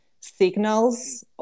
signals